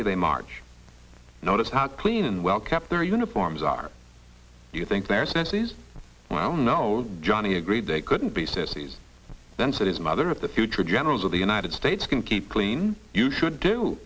they march notice how clean and well kept their uniforms are you think their senses well know johnny agreed they couldn't be sissies then said his mother of the future generals of the united states can keep clean you should do